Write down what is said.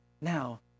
now